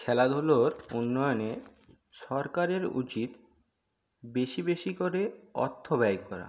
খেলাধুলোর উন্নয়নে সরকারের উচিৎ বেশি বেশি করে অর্থ ব্যয় করা